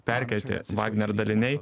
perkelti vagner daliniai